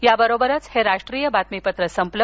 याबरोबरच हे राष्ट्रीय बातमीपत्र संपलं